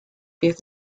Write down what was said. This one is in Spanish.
pies